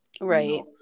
Right